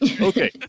Okay